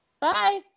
Bye